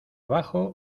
bajo